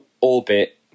orbit